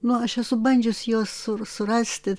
nu aš esu bandžius juos surasti